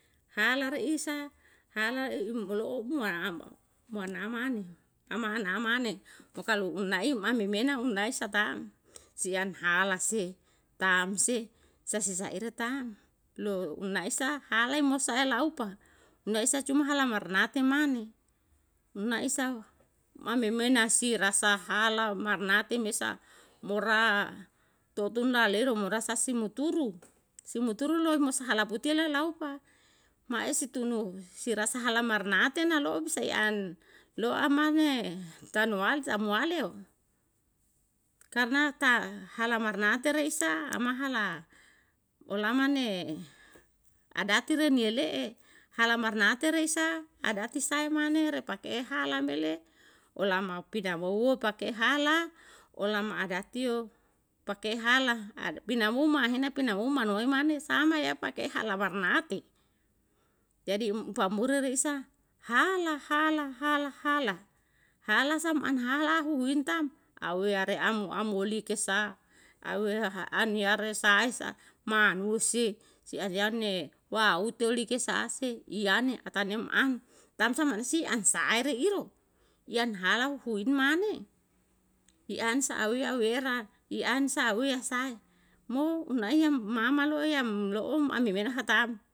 Hala re isa hala imolou imolou amane amane kalu naim amemena naim satam siam halase tamse sisa sisa ira tam lo na isa hala mo saela opa na isa cuma hala marnate man na isa hu mamemena sih rasa hala marnate mesa mora totun lale morasasi moturu si moturu mo hala putio mo laopa maese utunu si rasa hala marnate na lo bisa i an lo amane tanu ari tamu ale o karna ta hala marnate re sa mahala olamane adati re nie le'e hala marnate re sa adati saemane repake eha la mele o lama pinamou wo pake hala o lama adatio pake hala pinamou mane pinamou manuei pake hala marnate jadi pamuri risa hala hala hala, hala sa um an hala huhimtam awe are amu amu uli kesa awe an yare sa esa ma nusi si ahyane wauto like sa ase i an atame an tamsa mansi an sae iro i an hala upuin mane i an sahawiya wera i an sahawiya sae mo unaiyam mama loyam loom amemena hatam